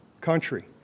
country